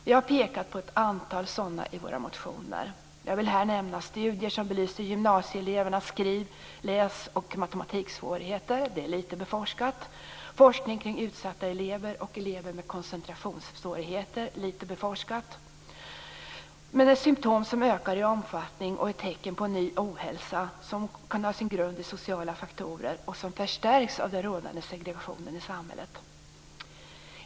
Vi har pekat på ett antal sådana i våra motioner. Jag vill här nämna studier som belyser gymnasieelevernas skriv-, läs och matematiksvårigheter. Det området är litet utforskat. Det gäller även forskning kring utsatta elever och elever med koncentrationssvårigheter. Det är också litet utforskat. Det finns symtom som ökar i omfattning, tecken på ny ohälsa, som har sin grund i sociala faktorer och förstärks av segregationen i samhället.